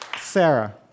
Sarah